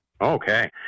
Okay